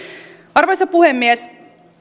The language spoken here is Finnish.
arvoisa puhemies